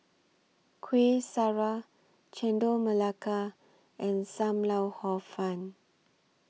Kueh Syara Chendol Melaka and SAM Lau Hor Fun